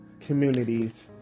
communities